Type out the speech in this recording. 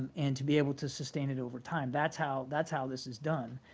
and to be able to sustain it over time. that's how that's how this is done.